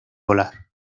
volar